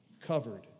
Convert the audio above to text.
covered